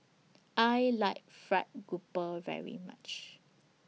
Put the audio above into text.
I like Fried Grouper very much